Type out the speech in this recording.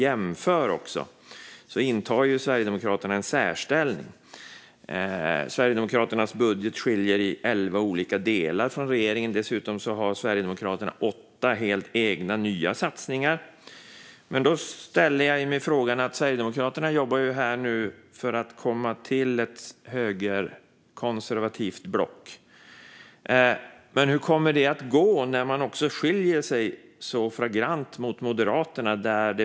Där intar Sverigedemokraterna en särställning. Sverigedemokraternas budget skiljer sig i elva olika delar från regeringen. Dessutom har Sverigedemokraterna åtta helt egna, nya satsningar. Sverigedemokraterna jobbar ju här för att vara med i ett högerkonservativt block. Hur kommer det att gå när man skiljer sig så flagrant från Moderaterna?